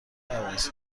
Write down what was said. عوض